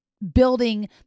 building